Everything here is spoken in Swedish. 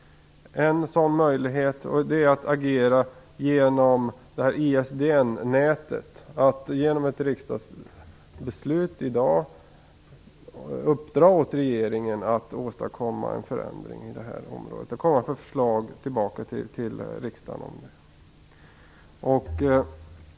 En möjlighet när det gäller ISDN är att genom ett riksdagsbeslut i dag uppdra åt regeringen att åstadkomma en förändring på detta område och att återkomma till riksdagen med förslag.